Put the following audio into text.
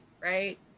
right